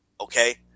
okay